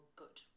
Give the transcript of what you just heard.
good